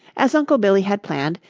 as uncle billy had planned,